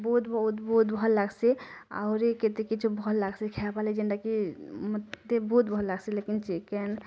ବହୁତ ବହୁତ ବହୁତ ଭଲ ଲାଗ୍ସି ଆହୁରି କେତେ କିଛି ଭଲ ଲାଗ୍ସି ଖାଇବା ପାଇଁ ଯେନତା କି ମୋତେ ବହୁତ ଭଲ ଲାଗ୍ସି ଲେକିନ୍ ଚିକେନ୍